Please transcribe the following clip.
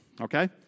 Okay